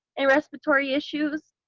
and respiratory issues.